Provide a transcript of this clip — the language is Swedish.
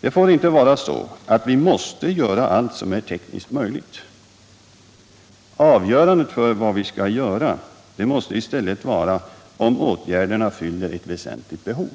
Det får inte vara så att vi måste göra allt som är tekniskt möjligt. Avgörande för vad vi skall göra måste i stället vara om åtgärderna fyller ett väsentligt behov.